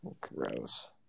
Gross